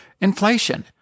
inflation